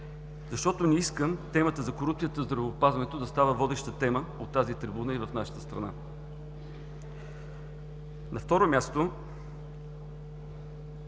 Защото не искам темата за корупцията в здравеопазването да става водеща тема от тази трибуна и в нашата страна. На второ място,